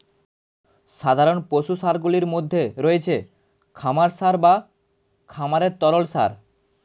সাধারণ পশু সারগুলির মধ্যে রয়েছে খামার সার বা খামারের তরল সার